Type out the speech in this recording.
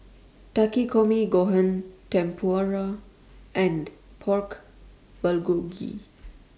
Takikomi Gohan Tempura and Pork Bulgogi